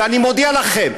ואני מודיע לכם,